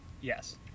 Yes